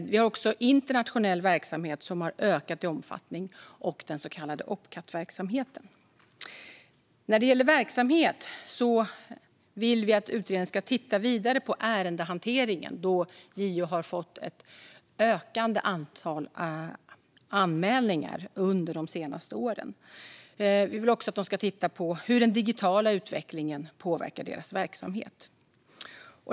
Vi har också internationell verksamhet, som har ökat i omfattning, och den så kallade Opcat-verksamheten. När det gäller verksamhet vill vi att utredningen ska titta vidare på ärendehanteringen då JO har fått ett ökande antal anmälningar under de senaste åren. Vi vill också att den ska titta på hur den digitala utvecklingen påverkar dess verksamhet.